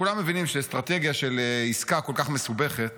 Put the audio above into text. כולם מבינים שאסטרטגיה של עסקה כל כך מסובכת